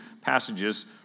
passages